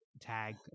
tag